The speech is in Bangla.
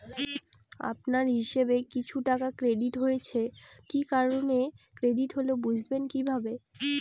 আপনার হিসাব এ কিছু টাকা ক্রেডিট হয়েছে কি কারণে ক্রেডিট হল বুঝবেন কিভাবে?